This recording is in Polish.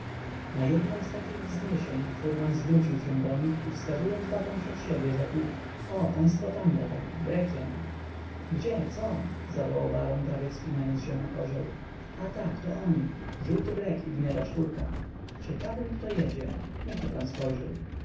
na jednem z takich wzniesień furman zwrócił się do nich i wskazując batem przed siebie rzekł o państwo tam jadą brekiem gdzie kto zawołał baron prawie wspinając się na kozioł a tak to oni żółty brek i gniada czwórka ciekawym kto jedzie niechno pan spojrzy